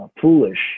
foolish